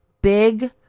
big